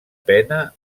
pena